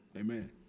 amen